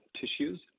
tissues